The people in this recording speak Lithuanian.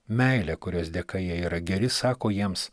meilę kurios dėka jie yra geri sako jiems